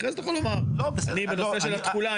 אני בנושא של התחולה,